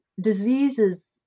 diseases